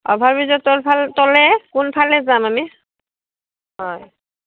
অভাৰব্ৰীজৰ তলফালে তলে কোনফালে যাম আমি হয়